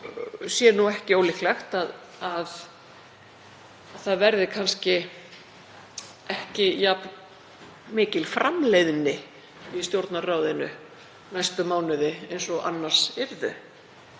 sé ekki ólíklegt að það verði ekki jafn mikil framleiðni í Stjórnarráðinu næstu mánuði eins og annars yrði.